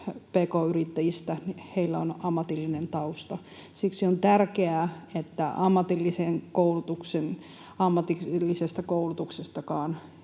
pk-yrittäjistä on ammatillinen tausta. Siksi on tärkeää, että ammatillisesta koulutuksestakaan